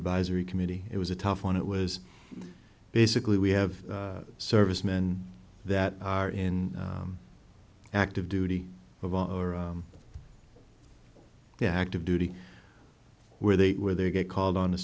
advisory committee it was a tough one it was basically we have servicemen that are in active duty of our or their active duty where they where they get called on to